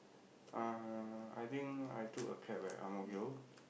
uh I think I took a cab at Ang-Mo-Kio